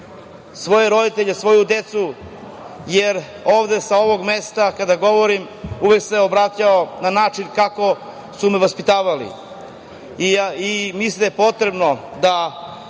svoje roditelje, svoju decu, jer ovde, sa ovog mesta kada govorim uvek se obraćao na način kako su me vaspitavali. Mislim da je potrebno da